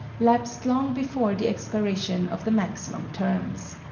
lapsed long before the expiration of the maximum terms.